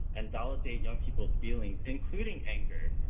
and validate young people's feelings, including anger.